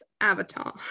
Avatar